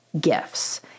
gifts